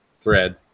thread